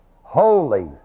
holy